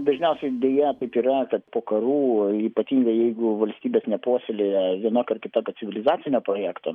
dažniausiai deja taip yra kad po karų ypatingai jeigu valstybė nepuoselėja vienokio ar kitokio civilizacinio projekto